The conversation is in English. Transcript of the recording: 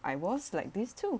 I was like this too